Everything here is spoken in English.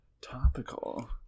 Topical